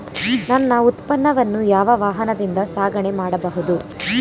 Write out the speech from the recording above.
ನನ್ನ ಉತ್ಪನ್ನವನ್ನು ಯಾವ ವಾಹನದಿಂದ ಸಾಗಣೆ ಮಾಡಬಹುದು?